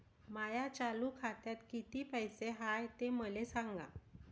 माया चालू खात्यात किती पैसे हाय ते मले सांगा